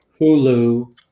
Hulu